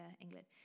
England